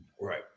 Right